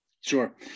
Sure